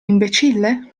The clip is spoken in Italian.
imbecille